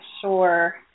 sure